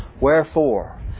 Wherefore